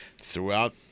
Throughout